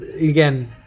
again